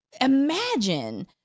imagine